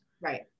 Right